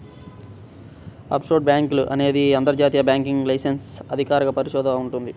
offshore బ్యేంకులు అనేది అంతర్జాతీయ బ్యాంకింగ్ లైసెన్స్ అధికార పరిధిలో వుంటది